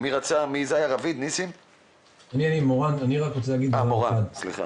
מורן, רצית להתייחס.